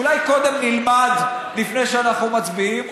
אולי קודם נלמד לפני שאנחנו מצביעים?